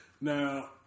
Now